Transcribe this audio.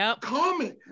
comment